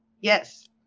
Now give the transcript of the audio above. yes